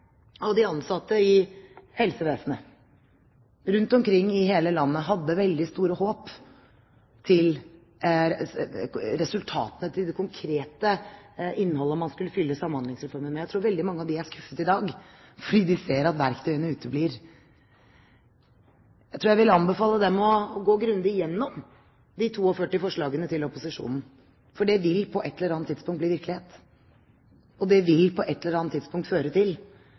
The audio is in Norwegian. av de ansatte i helsevesenet, rundt omkring i hele landet, hadde veldig store håp til resultatene, til det konkrete innholdet man skulle fylle Samhandlingsreformen med. Jeg tror veldig mange av dem er skuffet i dag, fordi de ser at verktøyene uteblir. Jeg tror jeg vil anbefale dem å gå grundig gjennom de 42 forslagene til opposisjonen, for det vil på et eller annet tidspunkt bli virkelighet, og det vil på et eller annet tidspunkt føre til